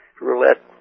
roulette